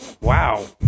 Wow